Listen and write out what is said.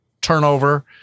turnover